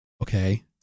okay